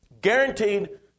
Guaranteed